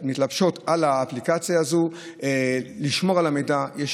ומתלבשות על האפליקציה הזו ישמרו על המידע.